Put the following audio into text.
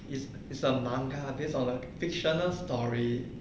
it's it's a manga base on a fictional story